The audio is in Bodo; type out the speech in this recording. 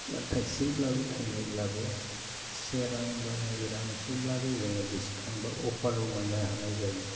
थाइसेब्लाबो थाइनैब्लाबो से रां एबा नै रांसोब्लाबो जोङो डिस्काउन्ट बा अफाराव मोननो हानाय जायो